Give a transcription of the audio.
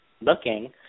looking